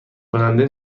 کننده